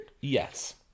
Yes